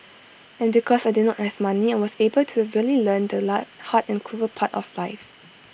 and because I did not have money I was able to really learn the la hard and cruel part of life